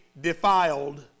defiled